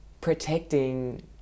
protecting